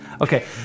okay